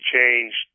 changed